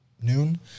Noon